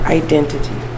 identity